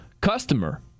customer